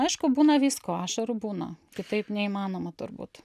aišku būna visko ašarų būna kitaip neįmanoma turbūt